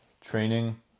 training